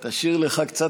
אז תשאיר לך קצת